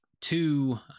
two